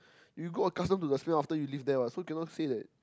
you will grow accustom to the smell after you live there what so cannot say that